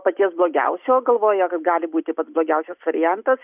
paties blogiausio galvoja kad gali būti pats blogiausias variantas